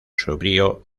sobrio